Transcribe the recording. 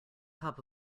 top